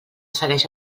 segueix